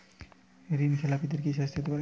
ঋণ খেলাপিদের কি শাস্তি হতে পারে?